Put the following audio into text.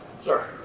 Sir